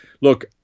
Look